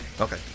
Okay